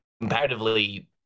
comparatively